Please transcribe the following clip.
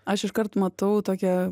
aš iškart matau tokią